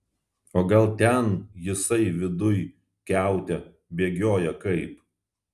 o gal ten jisai viduj kiaute bėgioja kaip